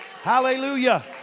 Hallelujah